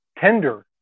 tender